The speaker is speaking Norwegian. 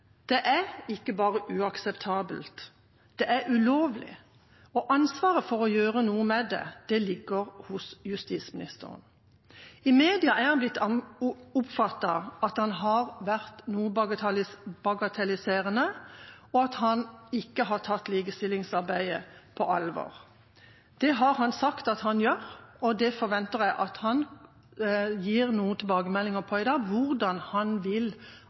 ansvaret for å gjøre noe med det ligger hos justisministeren. I media er han blitt oppfattet som at han har vært noe bagatelliserende, og at han ikke har tatt likestillingsarbeidet på alvor. Men det har han sagt at han gjør, og jeg forventer at han gir noen tilbakemeldinger i dag om hvordan han vil